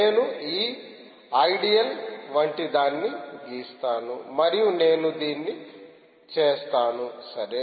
నేను ఈ ఐడియల్ వంటి దాన్ని గీస్తాను మరియు నేను దీన్ని చేస్తాను సరే